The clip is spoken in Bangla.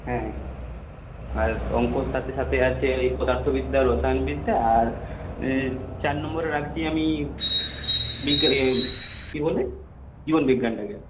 হ্যাঁ আর অঙ্কর সাথে সাথে আছে ওই পদার্থবিদ্যা রসায়নবিদ্যা আর চার নম্বরে রাখছি আমি কী বলে জীবনবিজ্ঞানটাকে